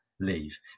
leave